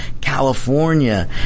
california